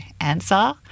answer